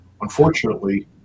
Unfortunately